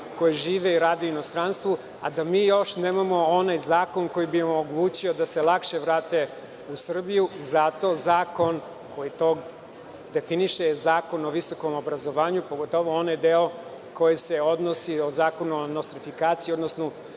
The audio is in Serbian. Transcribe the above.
koji žive i rade u inostranstvu, a da mi još nemamo onaj zakon koji bi omogućio da se lakše vrate u Srbiju. Zakon koji to definiše je Zakon o visokom obrazovanju, pogotovo onaj deo koji se odnosi na nostrifikaciju, odnosno